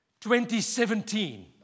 2017